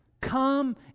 Come